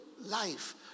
life